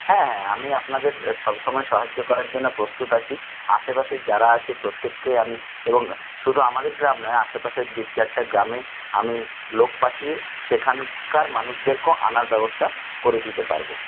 হ্যাঁ হ্যাঁ আমি আপনাদের সবসময় সাহায্য করার জন্য প্রস্তুত আছি আশেপাশের যারা আছে প্রত্যেককেই আমি এবং শুধু আমাদের গ্রাম নয় আশেপাশের দু চারটা গ্রামে আমি লোক পাঠিয়ে সেখানকার মানুষদেরকেও আনার ব্যবস্থা করে দিতে পারবো